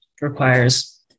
requires